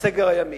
בסגר הימי.